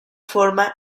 forma